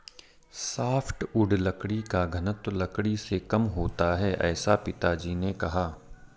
softwood लकड़ी का घनत्व लकड़ी से कम होता है ऐसा पिताजी ने कहा